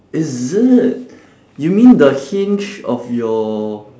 is it you mean the hinge of your